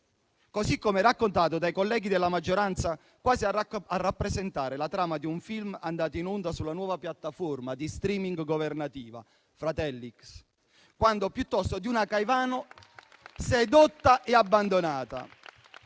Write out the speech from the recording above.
così come raccontato dai colleghi della maggioranza, quasi a rappresentare la trama di un film andato in onda sulla nuova piattaforma di *streaming* governativa "Fratellix", quanto piuttosto quella di una Caivano sedotta e abbandonata.